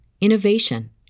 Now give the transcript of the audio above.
innovation